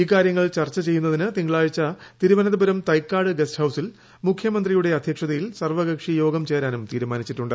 ഇക്കാര്യങ്ങൾ ചർച്ച ചെയ്യുന്നതിന് തിങ്കളാഴ്ച തിരുവനന്തപുരം തൈക്കാട് ഗസ്റ്റ് ഹൌസിൽ മുഖ്യമന്ത്രിയുടെ അധ്യക്ഷതയിൽ സർവകക്ഷി യോഗം ചേരാനും തീരുമാനിച്ചിട്ടുണ്ട്